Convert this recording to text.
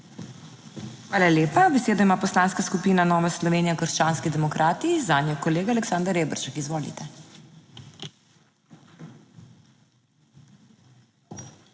Hvala lepa. Besedo ima Poslanska skupina Nova Slovenija - krščanski demokrati, zanjo kolega Aleksander Reberšek. Izvoli.